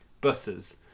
buses